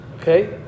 Okay